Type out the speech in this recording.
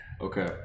Okay